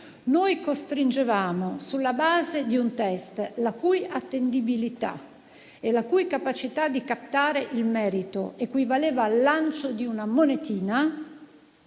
universitario. Sulla base di un test la cui attendibilità e la cui capacità di captare il merito equivalevano al lancio di una monetina